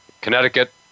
Connecticut